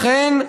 לכן,